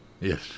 Yes